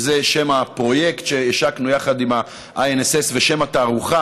וזה שם הפרויקט שהשקנו יחד עם ה-INSS ושם התערוכה